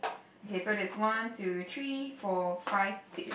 okay so there's one two three four five six